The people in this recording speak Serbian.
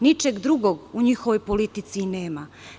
Ničeg drugog u njihovoj politici nema.